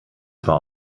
zwar